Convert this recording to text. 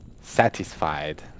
satisfied